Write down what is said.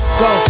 go